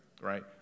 right